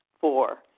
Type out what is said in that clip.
Four